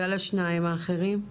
ועל השניים האחרים?